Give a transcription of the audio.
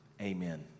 Amen